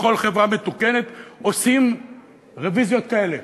בכל חברה מתוקנת עושים רוויזיות כאלה,